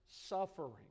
suffering